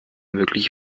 mögliche